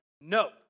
No